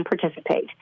participate